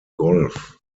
golf